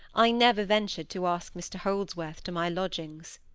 i never ventured to ask mr holdsworth to my lodgings.